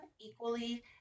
equally